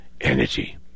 energy